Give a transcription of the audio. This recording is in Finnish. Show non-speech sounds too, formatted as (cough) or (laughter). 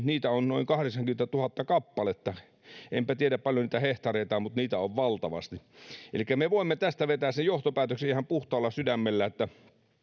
(unintelligible) niitä on noin kahdeksankymmentätuhatta kappaletta enpä tiedä paljon niitä hehtaareita on mutta niitä on valtavasti elikkä me voimme tästä vetää sen johtopäätöksen ihan puhtaalla sydämellä että